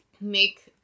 make